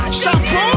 shampoo